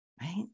Right